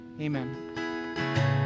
Amen